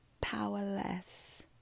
powerless